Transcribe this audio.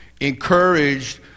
encouraged